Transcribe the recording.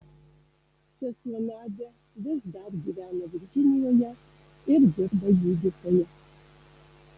sesuo nadia vis dar gyvena virdžinijoje ir dirba gydytoja